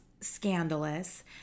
scandalous